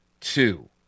two